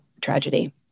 tragedy